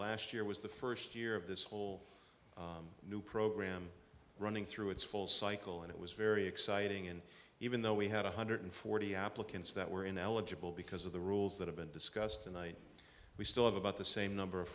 last year was the first year of this whole new program running through its full cycle and it was very exciting and even though we had one hundred forty applicants that were ineligible because of the rules that have been discussed and i we still have about the same number of